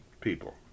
people